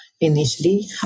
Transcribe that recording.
initially